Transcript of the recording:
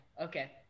okay